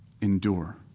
endure